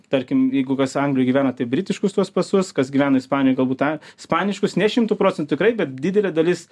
tarkim jeigu kas anglijoj gyvena tai britiškus tuos pasus kas gyvena ispanijoj galbūt tą ispaniškus ne šimtu procentų tikrai bet didelė dalis